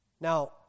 Now